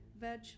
veg